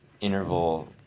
interval